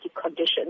conditions